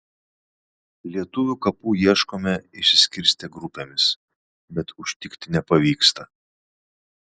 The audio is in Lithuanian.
lietuvių kapų ieškome išsiskirstę grupėmis bet užtikti nepavyksta